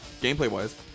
Gameplay-wise